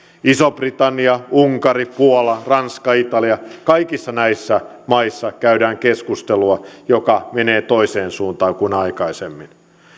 iso britannia unkari puola ranska italia kaikissa näissä maissa käydään keskustelua joka menee toiseen suuntaan kuin aikaisemmin